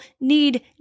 need